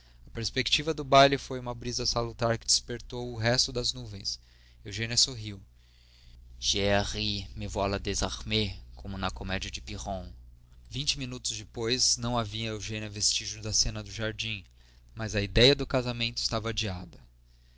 a perspectiva do baile foi uma brisa salutar que dispersou o resto das nuvens eugenia sorriu jai ri me voilà désarmée como na comédia de piron vinte minutos depois não havia em eugênia vestígio da cena do jardim mas a idéia do casamento estava adiada